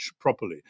properly